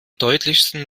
deutlichsten